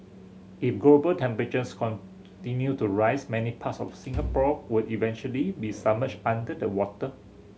if global temperatures continue to rise many parts of Singapore would eventually be submerged under the water